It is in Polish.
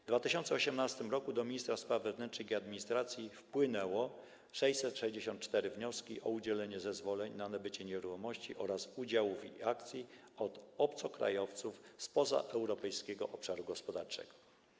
W 2018 r. do ministra spraw wewnętrznych i administracji wpłynęły 664 wnioski o udzielenie zezwoleń na nabycie nieruchomości oraz udziałów i akcji od obcokrajowców spoza Europejskiego Obszaru Gospodarczego.